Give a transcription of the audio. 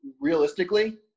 realistically